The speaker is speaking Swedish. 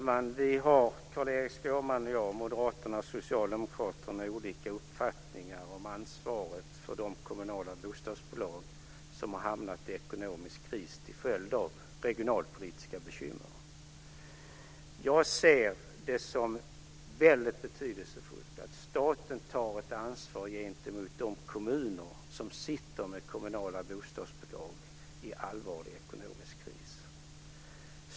Fru talman! Carl-Erik Skårman och jag, Moderaterna och Socialdemokraterna, har olika uppfattningar om ansvaret för de kommunala bostadsbolag som har hamnat i ekonomisk kris till följd av regionalpolitiska bekymmer. Jag ser det som väldigt betydelsefullt att staten tar ett ansvar gentemot de kommuner som har hand om kommunala bostadsbolag som har hamnat i allvarlig ekonomisk kris.